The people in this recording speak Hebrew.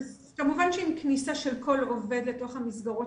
כמובן שעם כניסה של כל עובד לתוך המסגרות